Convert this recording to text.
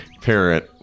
parent